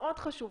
מאוד חשובים.